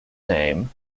name